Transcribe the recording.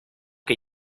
que